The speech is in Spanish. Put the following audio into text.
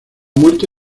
muerte